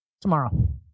Tomorrow